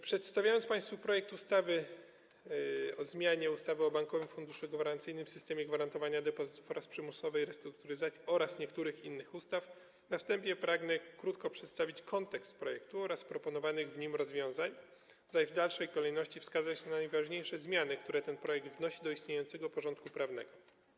Przedstawiając państwu projekt ustawy o zmianie ustawy o Bankowym Funduszu Gwarancyjnym, systemie gwarantowania depozytów oraz przymusowej restrukturyzacji oraz niektórych innych ustaw, na wstępie pragnę krótko przedstawić kontekst projektu oraz proponowanych w nim rozwiązań, zaś w dalszej kolejności wskazać najważniejsze zmiany, które ten projekt wnosi do istniejącego porządku prawnego.